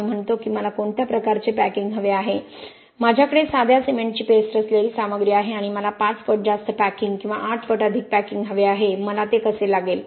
आणि म्हणतो की मला कोणत्या प्रकारचे पॅकिंग हवे आहे माझ्याकडे साध्या सिमेंटची पेस्ट असलेली सामग्री आहे आणि मला 5 पट जास्त पॅकिंग किंवा 8 पट अधिक पॅकिंग हवे आहे मला ते कसे लागेल